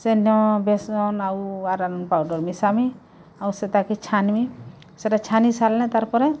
ସେନ ବେସନ୍ ଆଉ arrowroot powder ମିଶାମି ସେଟାକେ ଛାନ୍ମି ସେଇଟା ଛାନିସାରିଲେ ତାର୍ ପରେ